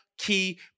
key